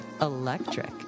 Electric